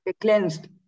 cleansed